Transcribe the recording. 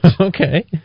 Okay